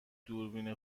دوربین